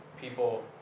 people